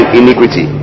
iniquity